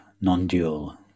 non-dual